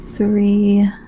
Three